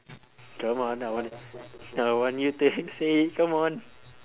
come on I want I want you to like say it come on